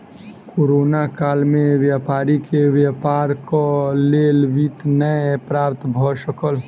corona काल में व्यापारी के व्यापारक लेल वित्त नै प्राप्त भ सकल